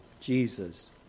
Jesus